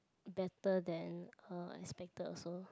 better than uh expected also